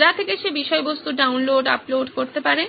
যা থেকে সে বিষয়বস্তু ডাউনলোড আপলোড করতে পারে